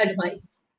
advice